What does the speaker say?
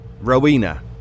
Rowena